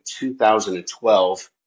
2012